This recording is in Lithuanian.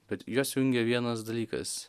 bet juos jungia vienas dalykas